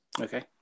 Okay